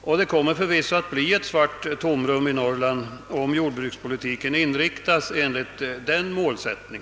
Och det kommer förvisso att bli ett svart tomrum i Norrland, om jordbrukspolitiken inriktas enligt denna målsättning.